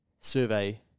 survey